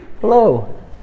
Hello